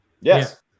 Yes